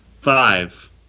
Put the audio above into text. Five